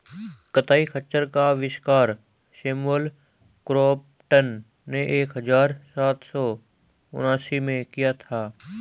कताई खच्चर का आविष्कार सैमुअल क्रॉम्पटन ने एक हज़ार सात सौ उनासी में किया था